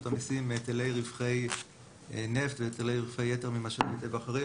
המיסים מהיטלי רווחי נפט והיטלי רווחי יתר ממשאבי טבע אחרים.